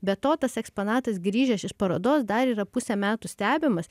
be to tas eksponatas grįžęs iš parodos dar yra pusę metų stebimas